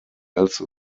else